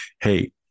Hey